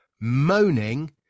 moaning